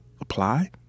apply